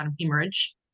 hemorrhage